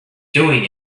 doing